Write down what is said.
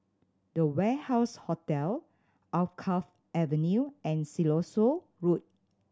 The Warehouse Hotel Alkaff Avenue and Siloso Road